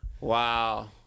Wow